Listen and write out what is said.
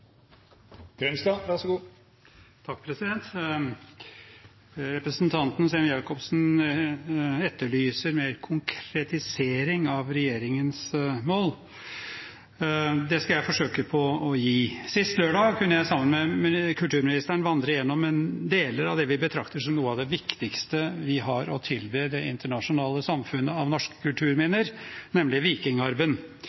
skal jeg forsøke på. Sist lørdag kunne jeg sammen med kulturministeren vandre gjennom deler av det vi betrakter som noe av det viktigste vi har å tilby det internasjonale samfunnet av norske